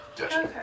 Okay